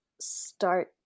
start